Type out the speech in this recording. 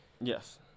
Yes